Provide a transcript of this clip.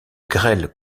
grêle